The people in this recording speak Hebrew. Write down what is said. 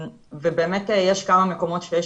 באמת יש כמה מקומות שיש